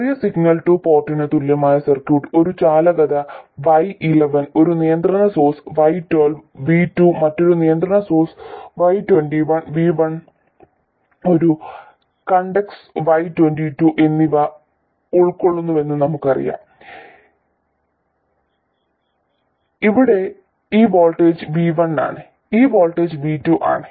ചെറിയ signal two പോർട്ടിന് തുല്യമായ സർക്യൂട്ട് ഒരു ചാലകത y11 ഒരു നിയന്ത്രണ സോഴ്സ് y12 v2 മറ്റൊരു നിയന്ത്രണ സോഴ്സ് y21 v1 ഒരു കണ്ടക്ടൻസ് y22 എന്നിവ ഉൾക്കൊള്ളുന്നുവെന്ന് നമുക്കറിയാം ഇവിടെ ഈ വോൾട്ടേജ് v1 ആണ് ഈ വോൾട്ടേജ് v2 ആണ്